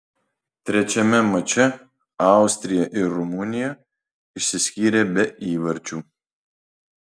trečiame mače austrija ir rumunija išsiskyrė be įvarčių